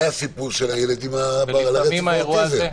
ראה הסיפור של הילד על הרצף האוטיסטי.